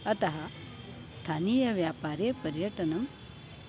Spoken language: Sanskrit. अतः स्थानीयव्यापारे पर्यटनम्